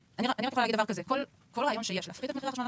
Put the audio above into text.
כל רעיון שיש להפחית את מחירי החשמל,